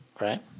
right